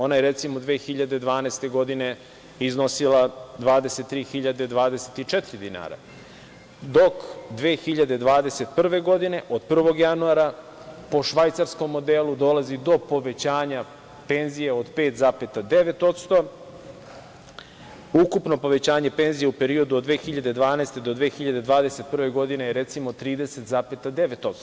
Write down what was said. Ona je, recimo, 2012. godine iznosila 23.024 dinara, dok 2021. godine, od 1. januara po švajcarskom modelu, dolazi do povećanja penzija od 5,9%, ukupno povećanje penzija u periodu od 2012. do 2021. godine je, recimo, 30,9%